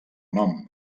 nom